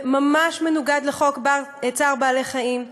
ממש מנוגד לחוק צער בעלי-חיים.